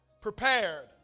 prepared